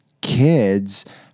kids